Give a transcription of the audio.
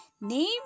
Name